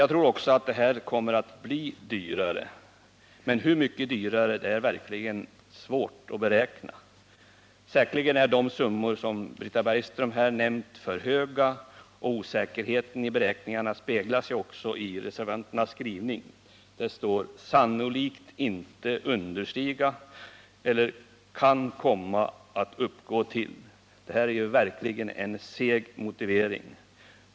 Jag tror också att det här förslaget kommer att bli dyrare, men hur mycket dyrare det blir är svårt att beräkna — säkerligen är de summor som Britta Bergström här nämnt för höga. Osäkerheten i beräkningarna speglar sig ju också i reservanternas skrivning, där det bl.a. står ”sannolikt inte understiga” och ”kan komma att uppgå till”. Det är verkligen en seg skrivning!